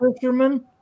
fisherman